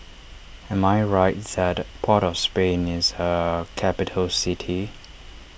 am I right that Port of Spain is a capital city